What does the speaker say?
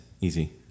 Easy